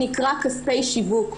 נקראים כספי שיווק.